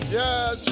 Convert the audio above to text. yes